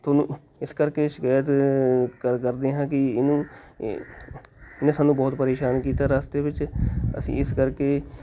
ਤੁਹਾਨੂੰ ਇਸ ਕਰਕੇ ਸ਼ਿਕਾਇਤ ਕਰ ਕਰਦੇ ਹਾਂ ਕਿ ਇਹਨੂੰ ਇਹ ਇਹਨੇ ਸਾਨੂੰ ਬਹੁਤ ਪਰੇਸ਼ਾਨ ਕੀਤਾ ਰਸਤੇ ਵਿੱਚ ਅਸੀਂ ਇਸ ਕਰਕੇ